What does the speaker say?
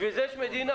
בשביל זה יש מדינה.